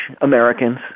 Americans